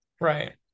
Right